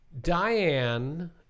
Diane